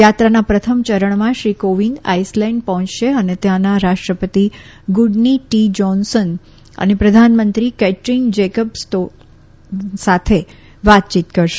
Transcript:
યાત્રાના પ્રથમ યરણમાં શ્રી કોવિંદ આઈસલેન્ડ પહોંચશે અને ત્યાંના રાષ્ટ્રપતિ ગુડની ટી જ્હોન્સન અને પ્રધાનમંત્રી કૈદ્રીન જૈકબસ્દોતીર સાથે વાતચીત કરશે